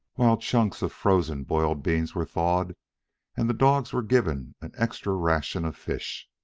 while chunks of frozen boiled beans were thawed and the dogs were given an extra ration of fish.